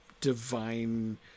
divine